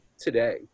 today